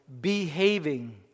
behaving